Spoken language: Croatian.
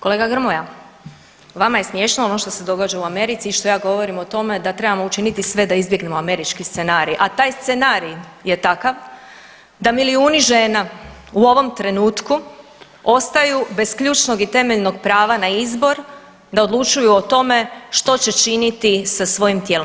Kolega Grmoja vama je smješno ono što se događa u Americi i što je govorim o tome da trebamo učiniti sve da izbjegnemo američki scenarij, a taj scenarij je takav da milijuni žena u ovom trenutku ostaju bez ključnog i temeljnog prava na izbor da odlučuju o tome što će činiti sa svojim tijelom.